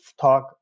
talk